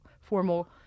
formal